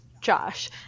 Josh